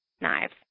knives